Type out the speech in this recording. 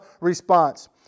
response